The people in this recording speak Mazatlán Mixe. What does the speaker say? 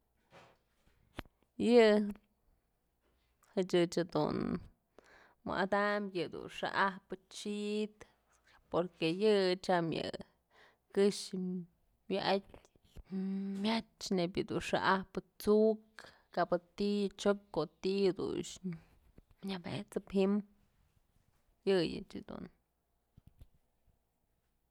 Yë chëch ëch jedun wa'atam yëdun xa'ajpë chid porque yë chyam yë këxë wa'atyë myach neyb dun xa'ajpë t'suk kabë ti'i chyok kodun nyamet'sëp ji'im yëyëch jedun.